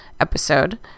episode